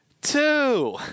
two